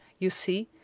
you see,